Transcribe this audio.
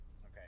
Okay